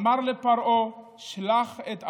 הוא אמר לפרעה: "שלח את עמי",